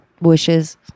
wishes